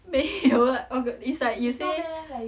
没有 啦 it's like you say